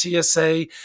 TSA